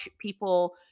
people